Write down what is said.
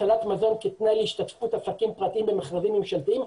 הצלת מזון כתנאי להשתתפות עסקים פרטיים במכרזים ממשלתיים.